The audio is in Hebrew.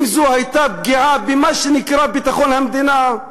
אם זו הייתה פגיעה במה שנקרא "ביטחון המדינה",